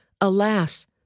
Alas